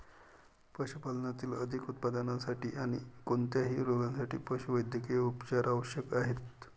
पशुपालनातील अधिक उत्पादनासाठी आणी कोणत्याही रोगांसाठी पशुवैद्यकीय उपचार आवश्यक आहेत